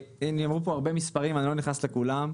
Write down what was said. נאמרו פה הרבה מספרים, אני לא נכנס לכולם.